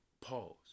pause